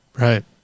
Right